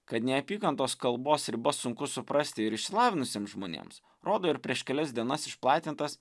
kad neapykantos kalbos ribas sunku suprasti ir išsilavinusiems žmonėms rodo ir prieš kelias dienas išplatintas